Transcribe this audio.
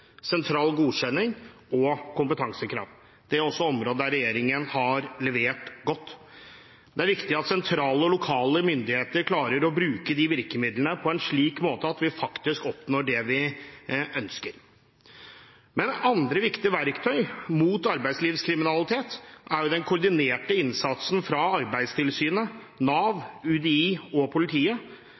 sentral godkjenning og kompetansekrav. Dette er også områder der regjeringen har levert godt. Det er viktig at sentrale og lokale myndigheter klarer å bruke disse virkemidlene på en slik måte at vi faktisk oppnår det vi ønsker. Et annet viktig verktøy mot arbeidslivskriminalitet er den koordinerte innsatsen fra Arbeidstilsynet, Nav, UDI og politiet.